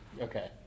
okay